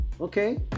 Okay